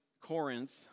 Corinth